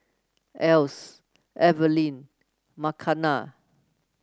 Else Evelyn Makena